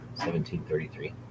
1733